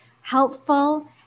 helpful